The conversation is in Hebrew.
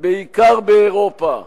בעיקר באירופה,